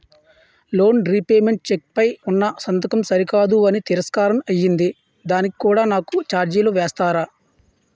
Loan repayment cheque పై ఉన్నా సంతకం సరికాదు అని తిరస్కారం అయ్యింది దానికి కూడా నాకు ఛార్జీలు వేస్తారా?